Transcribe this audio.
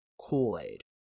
kool-aid